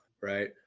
right